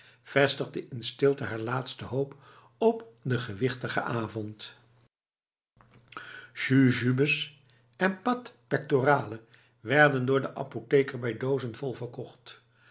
vestigde in stilte haar laatste hoop op den gewichtigen avond jujubes en pâte pectorale werden door den apotheker bij doozen vol verkocht